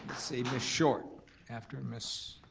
ms. short after ms.